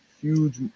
Huge